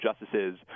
justices